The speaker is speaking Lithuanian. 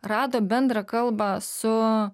rado bendrą kalbą su